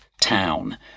town